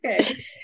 Okay